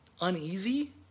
uneasy